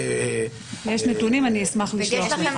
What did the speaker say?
יש נתונים, אני אשמח לשלוח לך.